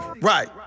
Right